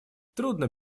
трудно